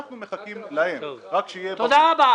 זאת האמת.